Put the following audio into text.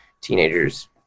teenagers